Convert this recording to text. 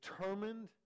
determined